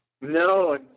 No